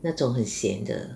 那种很咸的